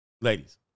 ladies